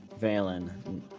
Valen